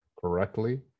correctly